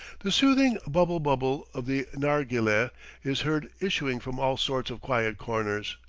the soothing bubble bubble of the narghileh is heard issuing from all sorts of quiet corners,